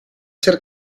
ser